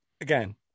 Again